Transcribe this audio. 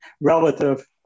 relative